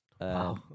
Wow